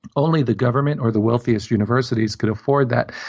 only the government or the wealthiest universities could afford that.